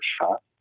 shot